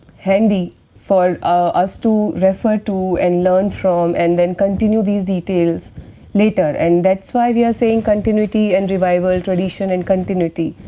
handy for us to refer to and learn from and then continue these details later. and that is why we are saying continuity and revival, tradition and continuity,